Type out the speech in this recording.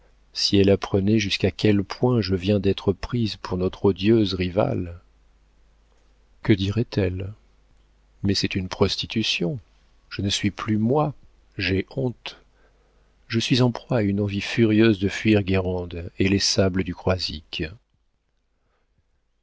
si elle apprenait jusqu'à quel point je viens d'être prise pour notre odieuse rivale que dirait elle mais c'est une prostitution je ne suis plus moi j'ai honte je suis en proie à une envie furieuse de fuir guérande et les sables du croisic